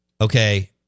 Okay